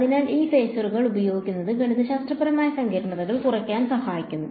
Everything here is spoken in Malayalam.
അതിനാൽ ഇത് ഫേസറുകൾ ഉപയോഗിക്കുന്നത് ഗണിതശാസ്ത്രപരമായ സങ്കീർണതകൾ കുറയ്ക്കാൻ സഹായിക്കുന്നു